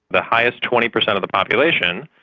the highest twenty percent of the population,